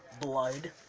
Blood